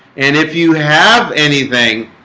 and if you have anything